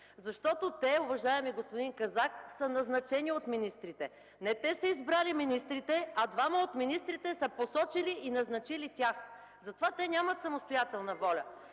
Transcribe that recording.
Защото те, уважаеми господин Казак, са назначени от министрите. Не те са избрали министрите, а двама от министрите са посочили и назначили тях. Затова те нямат самостоятелна воля.